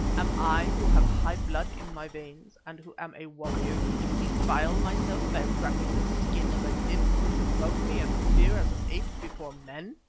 am i, who have high blood in my veins and who am a warrior, to defile myself by wrapping the skin of a dead brute about me and appear as an ape before men?